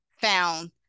found